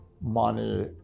money